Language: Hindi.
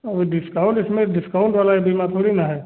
अब डिस्काउंट इसमें डिस्काउंट वाला ये बीमा थोड़ी ना है